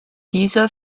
dieser